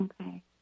Okay